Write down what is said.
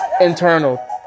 internal